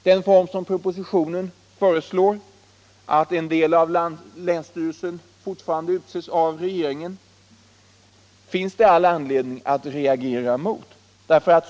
Den form som propositionen föreslår — att en del av länsstyrelsen alltfort utses av regeringen — finns det all anledning att reagera mot.